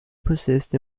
persist